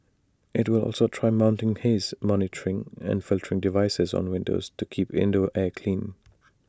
IT will also try mounting haze monitoring and filtering devices on windows to keep indoor air clean